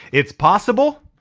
it's possible.